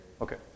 Okay